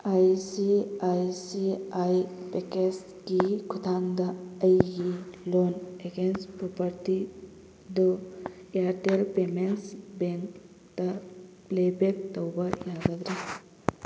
I C I C I ꯄꯦꯀꯦꯁꯀꯤ ꯈꯨꯊꯥꯡꯗ ꯑꯩꯒꯤ ꯂꯣꯟ ꯑꯦꯒꯦꯟꯁ ꯄ꯭ꯔꯣꯄꯔꯇꯤꯗꯨ ꯏꯌꯔꯇꯦꯜ ꯄꯦꯃꯦꯟꯁ ꯕꯦꯡꯇ ꯄ꯭ꯂꯦꯕꯦꯛ ꯇꯧꯕ ꯌꯥꯒꯗ꯭ꯔꯥ